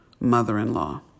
mother-in-law